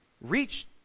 reach